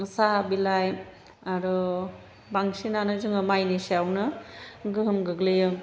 साहा बिलाइ आरो बांसिनानो जोङो माइनि सायावनो गोहोम गोग्लैयो